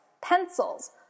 pencils